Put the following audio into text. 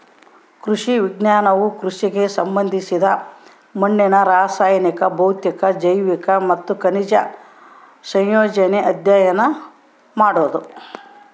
ಕೃಷಿ ವಿಜ್ಞಾನವು ಕೃಷಿಗೆ ಸಂಬಂಧಿಸಿದ ಮಣ್ಣಿನ ರಾಸಾಯನಿಕ ಭೌತಿಕ ಜೈವಿಕ ಮತ್ತು ಖನಿಜ ಸಂಯೋಜನೆ ಅಧ್ಯಯನ ಮಾಡೋದು